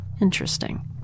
Interesting